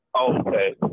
Okay